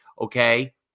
Okay